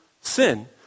sin